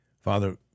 Father